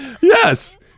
Yes